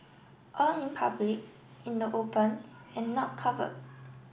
all in public in the open and not cover